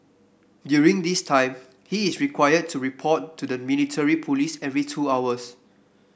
during this time he is required to report to the military police every two hours